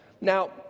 Now